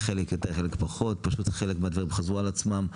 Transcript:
חלק יותר וחלק פחות פשוט חלק מהדברים חזרו על עצמם.